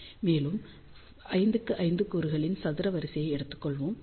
மேலும் 5 x 5 கூறுகளின் சதுர வரிசையை எடுத்துள்ளோம்